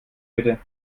bitte